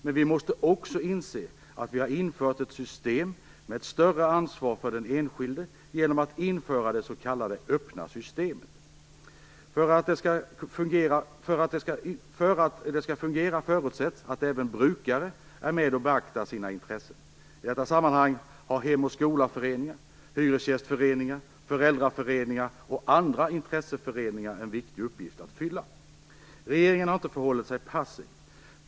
Men vi måste också inse att vi har infört ett system med större ansvar för den enskilde genom att införa det s.k. öppna systemet. För att det skall fungera förutsätts att även brukare är med och bevakar sina intressen. I detta sammanhang har Hem och skola-föreningar, hyresgästföreningar, föräldraföreningar och andra intresseföreningar en viktig uppgift att fylla. Regeringen har inte förhållit sig passiv.